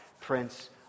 Prince